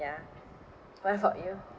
ya what about you